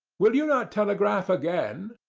will you not telegraph again?